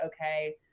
okay